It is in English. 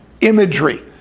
imagery